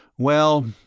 well,